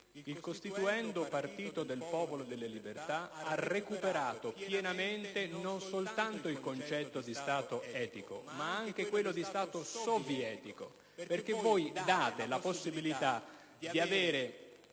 il costituendo partito del Popolo delle libertà ha recuperato pienamente non soltanto il concetto di Stato etico, ma anche quello di Stato sovietico. Infatti, voi prevedete